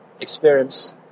Experience